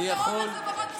תפסיק לעוור את הציבור,